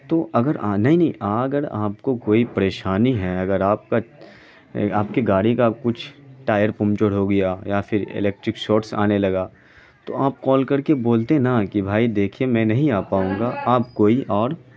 تو اگر آنا ہی نہیں اگر آپ کو کوئی پریشانی ہے اگر آپ کا آپ کی گاڑی کا کچھ ٹائر پمچر ہو گیا یا پھر الیکٹرک شاٹس آنے لگا تو آپ کال کر کے بولتے نا کہ بھائی دیکھیے میں نہیں آ پاؤں گا آپ کوئی اور